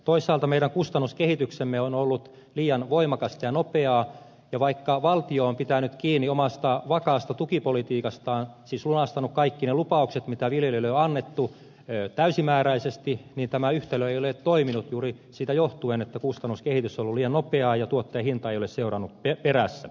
toisaalta meidän kustannuskehityksemme on ollut liian voimakasta ja nopeaa ja vaikka valtio on pitänyt kiinni omasta vakaasta tukipolitiikastaan siis lunastanut täysimääräisesti kaikki ne lupaukset mitä viljelijöille on annettu tämä yhtälö ei ole toiminut johtuen juuri siitä että kustannuskehitys on ollut liian nopeaa ja tuottajahinta ei ole seurannut perässä